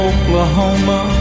Oklahoma